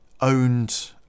owned